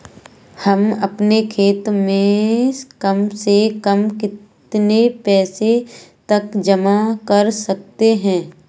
हम अपने खाते में कम से कम कितने रुपये तक जमा कर सकते हैं?